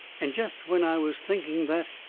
and jest when i was thinking that,